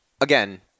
again